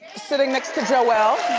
sitting next to joel.